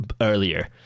earlier